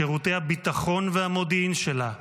שירותי הביטחון והמודיעין שלה,